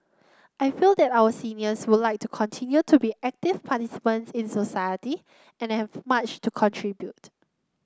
I feel that our seniors would like to continue to be active participants in society and have much to contribute